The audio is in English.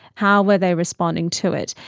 how were they responding to it?